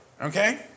Okay